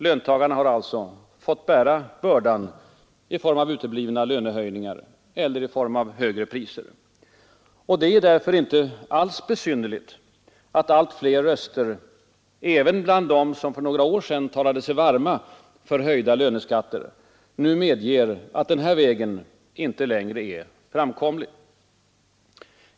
Löntagarna har alltså fått bära bördan i form av uteblivna lönehöjningar eller högre priser. Det är därför inte alls besynnerligt att allt fler röster, även bland dem som för några år sedan talade sig varma för höjda löneskatter, nu medger att den vägen inte längre är framkomlig.